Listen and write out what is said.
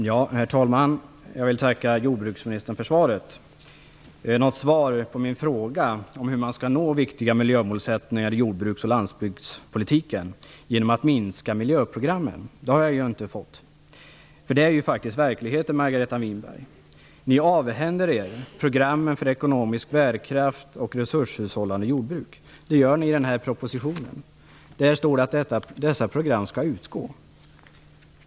Herr talman! Jag vill tacka jordbruksministern för svaret. Något svar på min fråga, om hur man skall nå viktiga miljömålsättningar i jord och landsbygdspolitiken genom att minska miljöprogrammen, har jag inte fått. Det är verkligheten, Margareta Winberg. Ni avhänder er programmen för ekonomisk bärkraft och resurshushållande jordbruk. I den här propositionen står det att dessa program skall utgå.